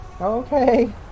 okay